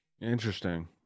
Interesting